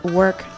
work